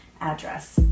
address